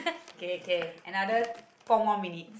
okay okay another four more minute